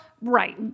right